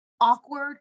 awkward